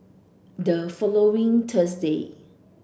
the following Thursday